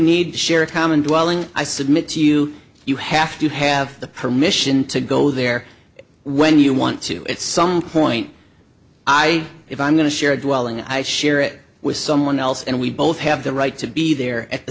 need to share a common dwelling i submit to you you have to have the permission to go there when you want to at some point i if i'm going to share a dwelling i share it with someone else and we both have the right to be there at the